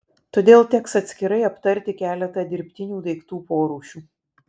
todėl teks atskirai aptarti keletą dirbtinių daiktų porūšių